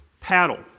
paddle